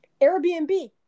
Airbnb